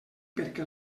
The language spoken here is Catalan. perquè